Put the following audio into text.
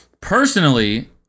personally